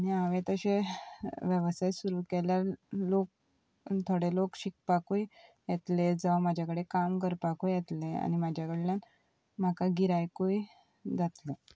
आनी हांवें तशे वेवसाय सुरू केल्यार लोक थोडे लोक शिकपाकूय येतले जावं म्हाजे कडेन काम करपाकूय येतले आनी म्हाजे कडल्यान म्हाका गिरायकूय जातलें